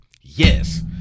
yes